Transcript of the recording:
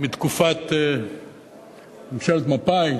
מתקופת ממשלת מפא"י